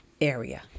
area